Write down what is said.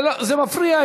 זה מפריע,